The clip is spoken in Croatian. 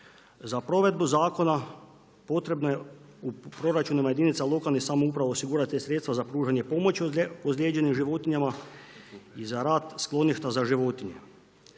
Za provedbu zakona potrebno je u proračunima jedinica lokalne samouprave osigurati sredstva za pružanje pomoći ozlijeđenih životinjama i za rad skloništa za životinje.